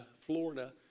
Florida